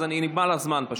נגמר הזמן פשוט.